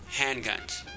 handguns